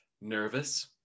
Nervous